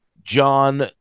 John